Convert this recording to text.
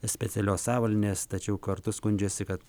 specialios avalynės tačiau kartu skundžiasi kad